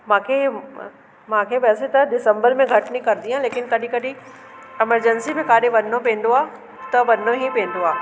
मूंखे मूंखे वैसे त दिसंबर में घटि निकरंदी आहियां लेकिन कॾहिं कॾहिं एमरजंसी में काॾे वञिणो पवंदो आहे त वञिणो ही पवंदो आहे